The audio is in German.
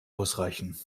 ausreichen